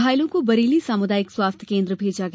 घायलों को बरेली सामुदायिक स्वास्थ्य केन्द्र भेजा गया